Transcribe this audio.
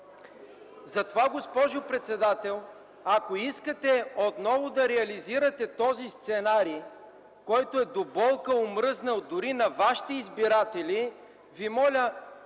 Затова, госпожо председател, ако искате отново да реализирате този сценарий, който е до болка омръзнал дори на Вашите избиратели, Ви моля,